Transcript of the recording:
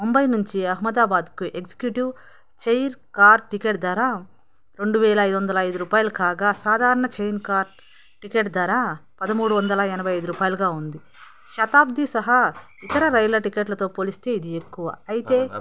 ముంబై నుంచి అహ్మదాబాద్కు executive chair car ticket ధర రెండు వేల ఐదు వందల ఐదు రూపాయలు కాగా సాధారణ చైర్ కార్ టికెట్టు ధర పదమూడు వందల ఎనభై ఐదు రూపాయిలుగా ఉంది శతాబ్ది సహా ఇతర రైళ్ళ టికెట్లతో పోలిస్తే ఇది ఎక్కువ అయితే